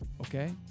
okay